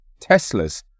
Teslas